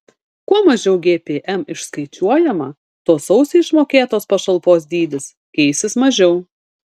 kuo mažiau gpm išskaičiuojama tuo sausį išmokėtos pašalpos dydis keisis mažiau